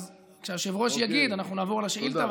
אז כשהיושב-ראש יגיד אנחנו נעבור לשאילתה,